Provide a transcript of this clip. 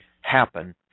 happen